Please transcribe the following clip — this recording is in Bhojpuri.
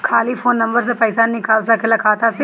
खाली फोन नंबर से पईसा निकल सकेला खाता से?